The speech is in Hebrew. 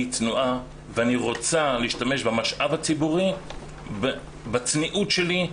אני צנועה ואני רוצה להשתמש במשאב הציבורי בצניעות שלי,